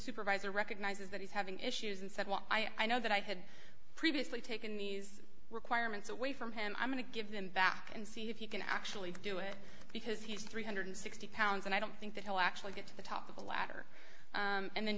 supervisor recognizes that he's having issues and said well i know that i had previously taken these requirements away from him i'm going to give them back and see if you can actually do it because he's three hundred and sixty pounds and i don't think that he'll actually get to the top of the ladder and then